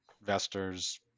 investors